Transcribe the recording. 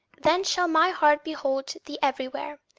then shall my heart behold thee everywhere.